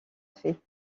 fait